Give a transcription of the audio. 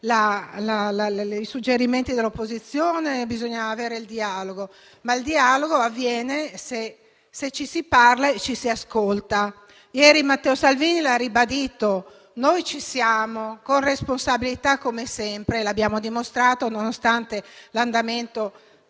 i suggerimenti dell'opposizione e che bisogna avere il dialogo: questo avviene se ci si parla e ci si ascolta. Ieri Matteo Salvini lo ha ribadito. Noi ci siamo, con responsabilità, come sempre. Lo abbiamo dimostrato, nonostante l'andamento talvolta